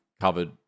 covered